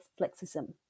flexism